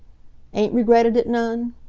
ain't regretted it none?